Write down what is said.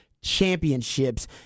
championships